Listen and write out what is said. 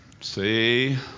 See